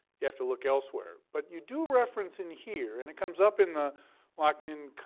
you have to look elsewhere. but you do reference in here and it comes up in the loc ninh